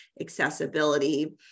accessibility